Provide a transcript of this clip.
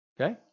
Okay